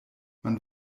man